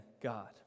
God